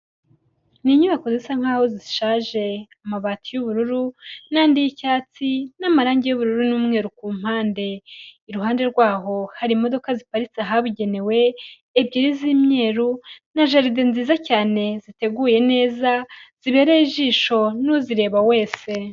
Ni inyubako zisa nkaho zishaje, amabati y'ubururu n'andi y'icyatsi n'amarangi y'ubururu n'umweru ku mpande, iruhande rwaho hari imodoka ziparitse ahabugenewe ebyiri z'imyeru na jaride nziza cyane ziteguye neza, zibereye ijisho n'uzireba wese.